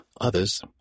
Others